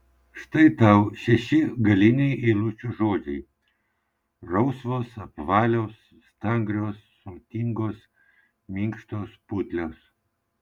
štai tau šeši galiniai eilučių žodžiai rausvos apvalios stangrios sultingos minkštos putlios